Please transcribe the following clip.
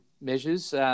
measures –